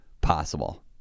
Possible